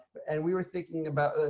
and we were thinking about.